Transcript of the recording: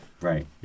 Right